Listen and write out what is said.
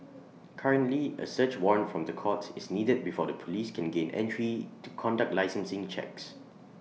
currently A search warrant from the courts is needed before the Police can gain entry to conduct licensing checks